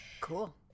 Cool